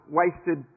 wasted